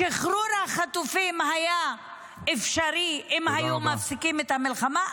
שחרור החטופים היה אפשרי אם היו מפסיקים את המלחמה,